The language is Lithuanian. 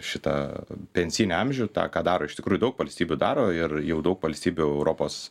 šitą pensijinį amžių tą ką daro iš tikrųjų daug valstybių daro ir jau daug valstybių europos